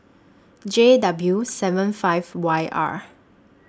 J W seven five Y R